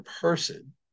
person